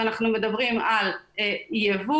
ואנחנו מדברים על יבוא,